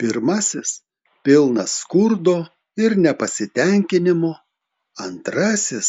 pirmasis pilnas skurdo ir nepasitenkinimo antrasis